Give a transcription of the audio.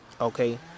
Okay